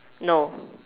no